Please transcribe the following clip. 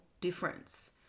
difference